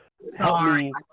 Sorry